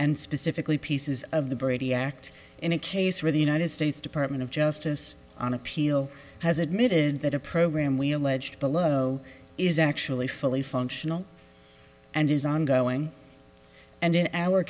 and specifically pieces of the brady act in a case where the united states department of justice on appeal has admitted that a program we allege below is actually fully functional and is ongoing and in our